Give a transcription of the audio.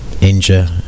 injure